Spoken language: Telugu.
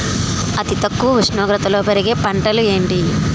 అతి తక్కువ ఉష్ణోగ్రతలో పెరిగే పంటలు ఏంటి?